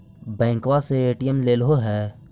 बैंकवा से ए.टी.एम लेलहो है?